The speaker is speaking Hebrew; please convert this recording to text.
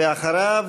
ואחריו,